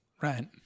Right